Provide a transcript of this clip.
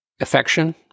affection